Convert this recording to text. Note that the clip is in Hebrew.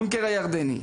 הבונקר הירדני,